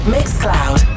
Mixcloud